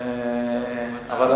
ברור.